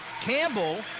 Campbell